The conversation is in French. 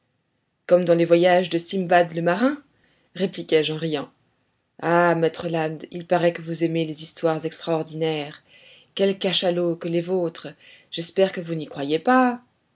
comme dans les voyages de simbad le marin répliquai-je en riant ah maître land il paraît que vous aimez les histoires extraordinaires quels cachalots que les vôtres j'espère que vous n'y croyez pas